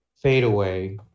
fadeaway